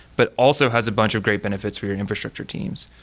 but also has a bunch of great benefits for your infrastructure teams.